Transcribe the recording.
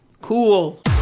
Cool